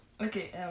Okay